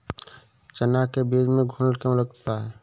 चना के बीज में घुन क्यो लगता है?